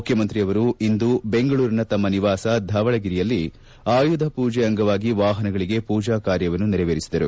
ಮುಖ್ಯಮಂತ್ರಿಯವರು ಇಂದು ಬೆಂಗಳೂರಿನ ತಮ್ಮ ನಿವಾಸ ಧವಳಗಿರಿಯಲ್ಲಿ ಆಯುಧ ಪೂಜೆ ಅಂಗವಾಗಿ ವಾಹನಗಳಿಗೆ ಪೂಜಾ ಕಾರ್ಯವನ್ನು ನೆರವೇರಿಸಿದರು